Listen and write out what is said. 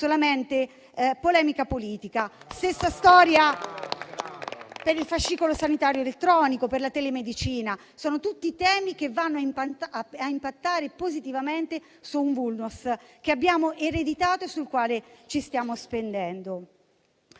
solamente polemica politica. Stessa storia per il fascicolo sanitario elettronico e la telemedicina. Sono tutti temi che vanno a impattare positivamente su un *vulnus* che abbiamo ereditato e sul quale ci stiamo spendendo.